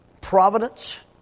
Providence